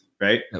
Right